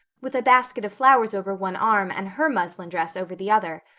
with a basket of flowers over one arm and her muslin dress over the other.